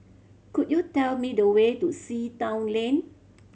could you tell me the way to Sea Town Lane